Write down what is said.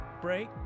break